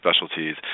specialties